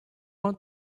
want